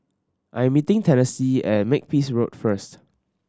I'm meeting Tennessee at Makepeace Road first